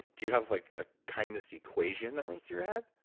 do you have like a kindness equation that runs through your head?